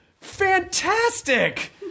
fantastic